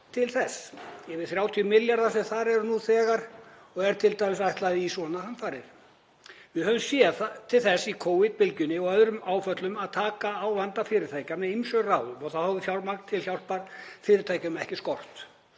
til þess en yfir 30 milljarðar eru í honum nú þegar og eru t.d. ætlaðir í svona hamfarir. Við höfum séð til þess í Covid-bylgjunni og öðrum áföllum að tekið væri á vanda fyrirtækja með ýmsum ráðum og þá hefur fjármagn til hjálpar fyrirtækjum ekki skort.